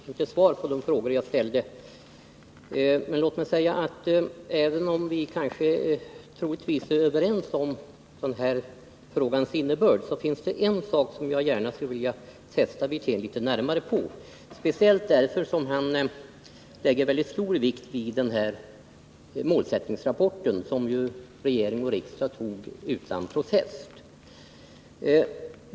Herr talman! Jag fick inte svar på de frågor jag ställde. Men låt mig säga att även om vi troligtvis är överens om den här frågans innebörd så finns en sak som jag skulle vilja testa arbetsmarknadsminister Wirtén litet närmare på, speciellt som han lägger stor vikt vid denna målsättningsrapport som regering och riksdag accepterade utan protest.